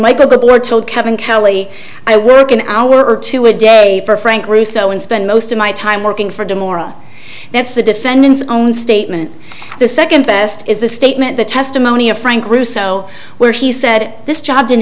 michael getler told kevin kelly i work an hour or two a day for frank russo and spend most of my time working for demoralise that's the defendant's own statement the second best is the statement the testimony of frank russo where he said this job didn't